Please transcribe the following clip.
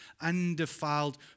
undefiled